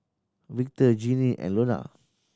Victor Jeannie and Lonna